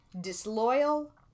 ...disloyal